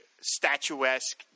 statuesque